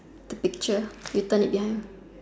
the picture you turn it behind